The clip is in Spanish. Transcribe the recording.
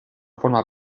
forma